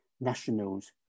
nationals